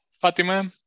Fatima